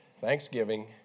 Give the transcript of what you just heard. Thanksgiving